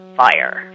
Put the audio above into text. fire